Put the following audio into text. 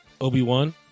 Obi-Wan